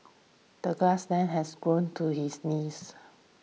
the grass has grown to his knees